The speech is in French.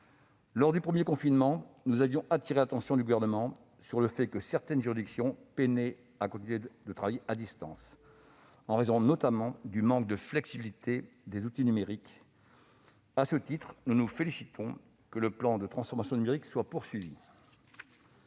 Lors du premier confinement, nous avions appelé l'attention du Gouvernement sur le fait que certaines juridictions peinaient à continuer de travailler à distance, en raison notamment du manque de flexibilité des outils numériques. À ce titre, nous nous félicitons que le plan de transformation numérique soit poursuivi.